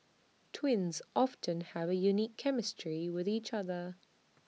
twins often have A unique chemistry with each other